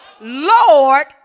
Lord